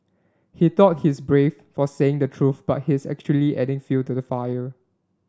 he thought he's brave for saying the truth but he's actually adding fuel to the fire